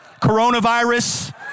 coronavirus